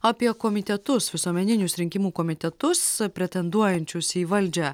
apie komitetus visuomeninius rinkimų komitetus pretenduojančius į valdžią